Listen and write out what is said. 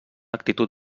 actitud